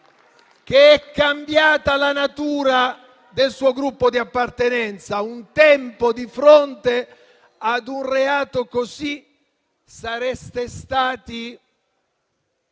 che è cambiata la natura del suo Gruppo di appartenenza. Un tempo, di fronte a un reato così, sareste stati...